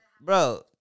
Bro